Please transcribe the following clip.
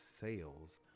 sales